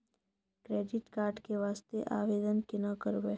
Credit card के वास्ते आवेदन केना करबै?